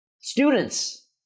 students